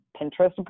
Pinterest